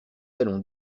allons